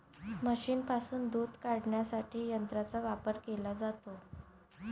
म्हशींपासून दूध काढण्यासाठी यंत्रांचा वापर केला जातो